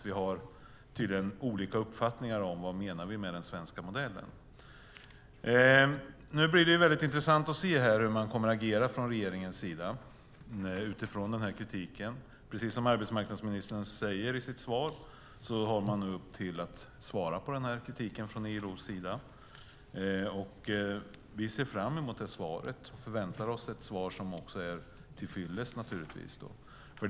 Vi har tydligen olika uppfattningar om vad vi menar med den svenska modellen. Nu blir det väldigt intressant att se hur man från regeringens sida kommer att agera utifrån kritiken. Precis som arbetsmarknadsministern säger har man nu att svara på kritiken från ILO:s sida. Vi ser fram emot det svaret. Vi väntar oss naturligtvis också ett svar som är till fyllest.